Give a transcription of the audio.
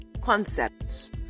concepts